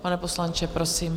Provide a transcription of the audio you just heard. Pane poslanče, prosím.